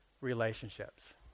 relationships